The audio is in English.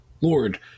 lord